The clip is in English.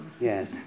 Yes